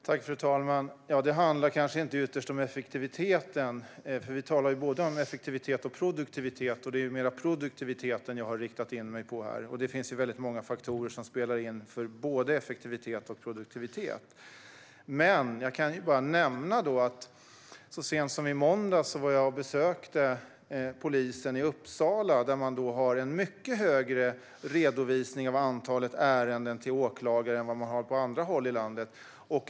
Fru talman! Det handlar kanske inte ytterst om effektiviteten, för vi talar både om effektivitet och produktivitet. Jag har mer riktat in mig på produktiviteten här. Många faktorer spelar in för både effektivitet och produktivitet. Jag kan dock bara nämna att så sent som i måndags besökte jag polisen i Uppsala. Där har man en mycket högre redovisning av antalet ärenden som går till åklagare än vad som finns på andra håll i landet.